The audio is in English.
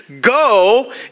go